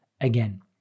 again